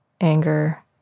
anger